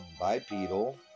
bipedal